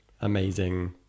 amazing